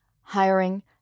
hiring